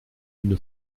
une